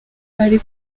ari